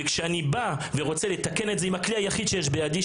וכשאני בא ורוצה לתקן את זה עם הכלי היחיד שיש בידי,